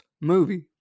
movie